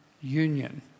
union